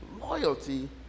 loyalty